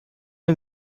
sie